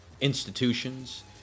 institutions